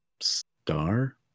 Star